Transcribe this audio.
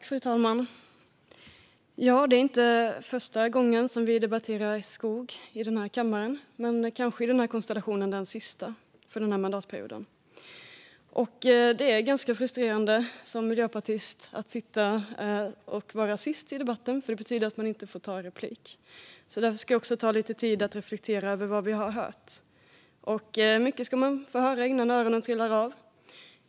Fru talman! Det är inte första gången vi debatterar skog i denna kammare, men kanske i den här konstellationen den sista för denna mandatperiod. Det är ganska frustrerande som miljöpartist att vara sist i debatten, för det betyder att man inte får ta några repliker. Därför ska jag ägna lite tid åt att reflektera över vad vi har hört. Och mycket ska man få höra innan öronen trillar av!